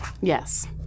Yes